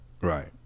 Right